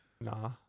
Nah